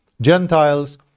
Gentiles